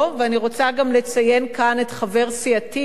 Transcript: ואני רוצה גם לציין כאן את חבר סיעתי,